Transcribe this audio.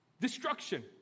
destruction